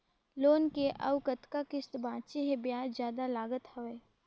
Loan के अउ कतका किस्त बांचें हे? ब्याज जादा लागत हवय,